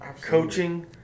coaching